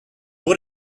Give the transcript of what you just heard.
what